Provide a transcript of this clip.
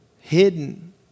Hidden